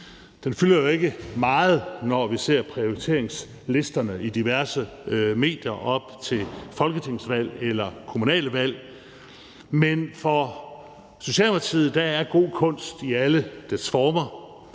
Det fylder jo ikke meget, når vi ser prioriteringslisterne i diverse medier op til folketingsvalg eller kommunale valg, men for Socialdemokratiet er god kunst i alle dens former,